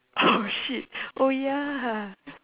oh shit oh ya